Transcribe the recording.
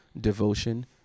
devotion